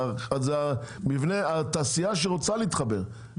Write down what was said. זאת התעשייה שרוצה להתחבר,